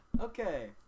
Okay